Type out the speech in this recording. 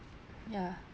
ya